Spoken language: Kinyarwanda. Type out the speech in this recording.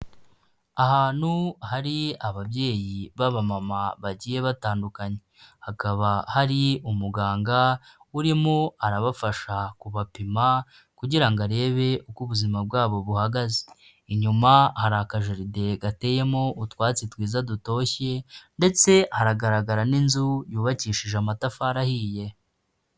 Ahantu hari ababyeyi b'aba mama bagiye batandukanye. Hakaba hari umuganga urimo arabafasha kubapima kugira ngo arebe uko ubuzima bwabo buhagaze . Inyuma hari akajaride gateyemo utwatsi twiza dutoshye ndetse hagaragara n'inzu yubakishije amatafari ahiye.